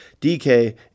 DK